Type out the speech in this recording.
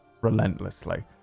relentlessly